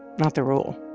not the rule